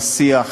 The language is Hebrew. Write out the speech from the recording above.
השיח,